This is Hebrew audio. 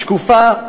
היא שקופה,